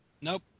Nope